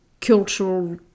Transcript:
cultural